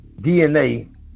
DNA